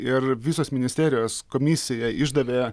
ir visos ministerijos komisija išdavė